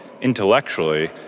intellectually